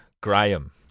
Graham